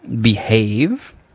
behave